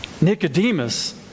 Nicodemus